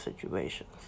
situations